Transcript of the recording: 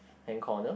hand corner